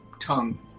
tongue